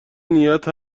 نیت